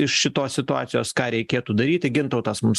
iš šitos situacijos ką reikėtų daryti gintautas mums